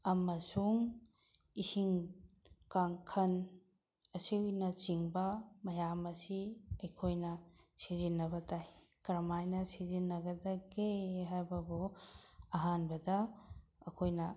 ꯑꯃꯁꯨꯡ ꯏꯁꯤꯡ ꯀꯥꯡꯈꯟ ꯑꯁꯤꯅꯆꯤꯡꯕ ꯃꯌꯥꯝ ꯑꯁꯤ ꯑꯩꯈꯣꯏꯅ ꯁꯤꯖꯤꯟꯅꯕ ꯇꯥꯏ ꯀꯔꯝꯍꯥꯏꯅ ꯁꯤꯖꯤꯟꯅꯒꯗꯒꯦ ꯍꯥꯏꯕꯕꯨ ꯑꯍꯥꯟꯕꯗ ꯑꯩꯈꯣꯏꯅ